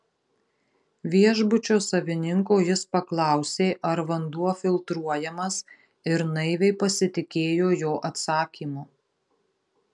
viešbučio savininko jis paklausė ar vanduo filtruojamas ir naiviai pasitikėjo jo atsakymu